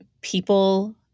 people